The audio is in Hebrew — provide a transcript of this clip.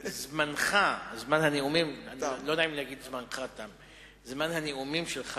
הוא נולד באופן מוזר,